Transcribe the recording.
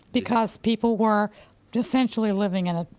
because people were essentially living in it,